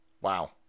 Wow